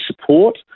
support